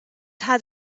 had